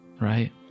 right